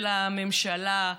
של הממשלה,